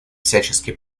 всячески